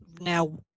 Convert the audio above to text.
now